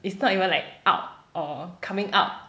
it's not even like out or coming up